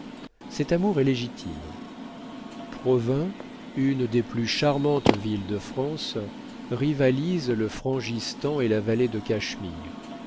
cet amour est légitime provins une des plus charmantes villes de france rivalise le frangistan et la vallée de cachemire